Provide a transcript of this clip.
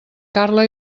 carla